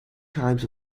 times